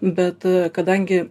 bet kadangi